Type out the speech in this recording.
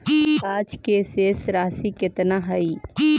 आज के शेष राशि केतना हई?